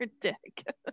dick